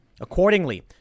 Accordingly